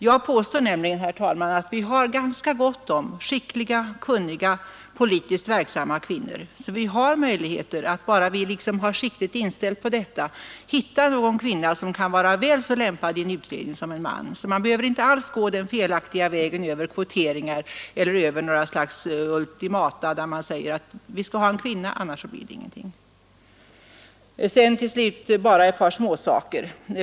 Jag påstår nämligen, herr talman, att vi har ganska gott om skickliga, kunniga, politiskt verksamma kvinnor, så vi har möjlighet — bara vi liksom har siktet inställt på detta — att hitta någon kvinna som kan vara väl så lämpad i en utredning som en man. Man behöver inte alls gå den felaktiga vägen över kvoteringar eller över några slags ultimata och säga: Vi skall ha en kvinna, annars blir det ingenting. Sedan vill jag till slut bara ta upp ett par småsaker.